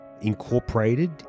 incorporated